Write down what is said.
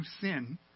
sin